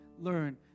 learn